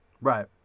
right